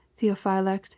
Theophylact